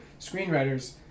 Screenwriters